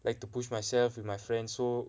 like to push myself with my friends so